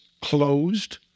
closed